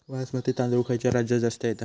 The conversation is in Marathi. बासमती तांदूळ खयच्या राज्यात जास्त येता?